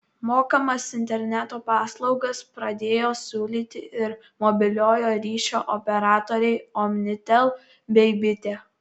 mokamas interneto paslaugas pradėjo siūlyti ir mobiliojo ryšio operatoriai omnitel bei bitė